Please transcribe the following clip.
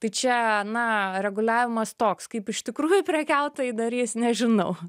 tai čia na reguliavimas toks kaip iš tikrųjų prekiautojai darys nežinau